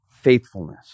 faithfulness